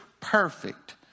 perfect